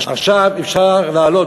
ועכשיו אפשר להעלות,